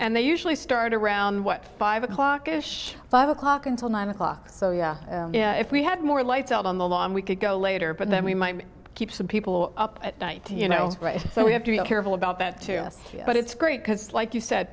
and they usually start around what five o'clock ish five o'clock until nine o'clock so yeah if we had more lights out on the lawn we could go later but then we might keep some people up at night you know so we have to be careful about that too but it's great because like you said